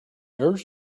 urge